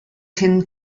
tim